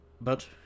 But